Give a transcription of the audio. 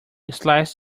slice